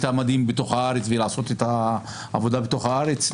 המדים בתוך הארץ ולעשות את העבודה בתוך הארץ,